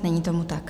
Není tomu tak.